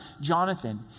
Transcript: Jonathan